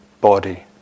body